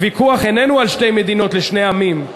הוויכוח איננו על שתי מדינות לשני עמים,